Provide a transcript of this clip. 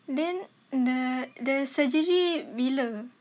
then the the surgery bila